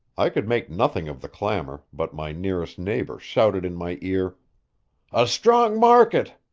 i could make nothing of the clamor, but my nearest neighbor shouted in my ear a strong market!